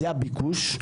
זה הביקוש,